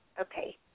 Okay